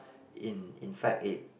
in in fact it